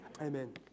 Amen